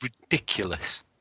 Ridiculous